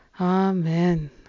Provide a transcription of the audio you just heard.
Amen